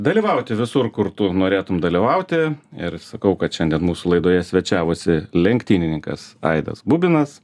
dalyvauti visur kur tu norėtum dalyvauti ir sakau kad šiandien mūsų laidoje svečiavosi lenktynininkas aidas bubinas